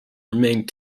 remained